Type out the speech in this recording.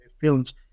films